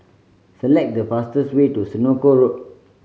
select the fastest way to Senoko Road